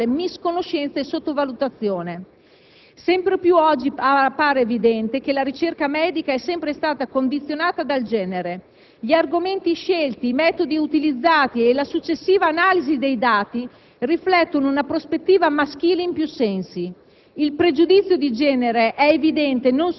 si evidenzia l'importanza e la complessità del tema della diversità femminile, sottolineandone l'ancora sostanziale misconoscenza e sottovalutazione. Sempre più, oggi, appare evidente che la ricerca medica è sempre stata condizionata dal genere. Gli argomenti scelti, i metodi utilizzati e la successiva analisi dei dati